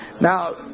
Now